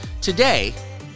Today